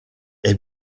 est